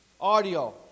audio